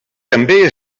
també